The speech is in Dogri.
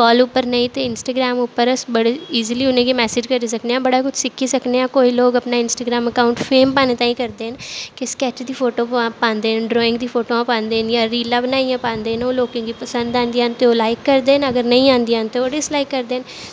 काल उप्पर नेईं ते इंस्टाग्राम उप्पर अस बड़े ईजली उ'नेंगी मैसेज करी सकने आं बड़ा कुछ सिक्खी सकने आं कोई लोक अपना इंस्टाग्राम अकाउंट फेम पाने ताईं करदे न कि स्कैच दी फोटो पांदे न ड्राईंग दी फोटोआं पांदे न जां रीलां बनाइयै पांदे न ओह् लोकें गी पसंद आंदियां न ते ओह् लाइक करदे न अगर नेईं आंदियां ते ओह् डिसलाइक करदे न